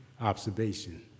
observation